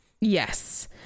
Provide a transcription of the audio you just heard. Yes